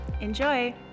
Enjoy